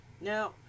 Now